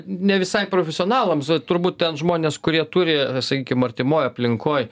ne visai profesionalams turbūt ten žmonės kurie turi sakykim artimoj aplinkoj